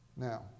Now